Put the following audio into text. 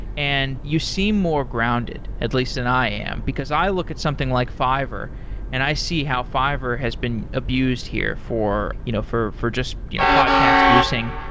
and you seem more grounded, at least than i am, because i look at something like fiverr and i see how fiverr has been abused here for you know for just you know podcast goosing.